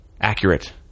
accurate